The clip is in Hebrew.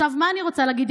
מה אני רוצה להגיד?